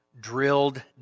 drilled